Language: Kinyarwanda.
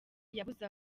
yabuze